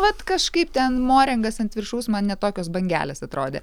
vat kažkaip ten morengas ant viršaus man ne tokios bangelės atrodė